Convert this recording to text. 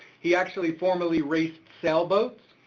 he actually formerly raced sailboats,